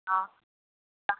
हँ नह